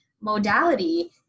modality